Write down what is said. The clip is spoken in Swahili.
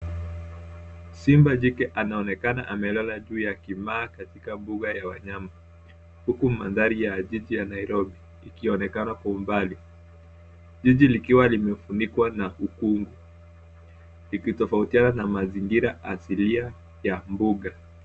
Simba jike anaonekana amelala juu ya kimaa katika mbuga ya wanyama huku mandhari ya jiji ya Nairobi ikionekana kwa umbali. Jiji likiwa limefunikwa na ukungu ikitofautiana na mazingira asilia ya mbuga.